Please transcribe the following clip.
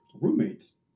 roommates